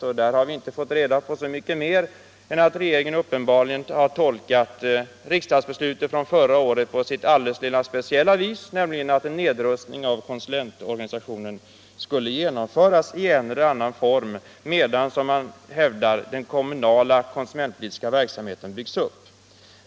Men där har vi inte fått reda på så mycket mer än att regeringen uppenbarligen tolkat riksdagsbeslutet från förra året på sitt speciella lilla vis, nämligen att en nedrustning av konsulentorganisationen skulle genomföras i en eller annan form medan, som man hävdar, den kommunala konsumentpolitiska verksamheten byggs upp.